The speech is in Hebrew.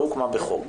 שלא הוקמה בחוק.